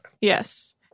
Yes